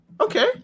Okay